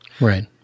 Right